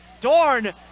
Dorn